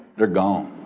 they're gone.